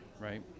right